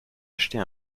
acheter